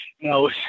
No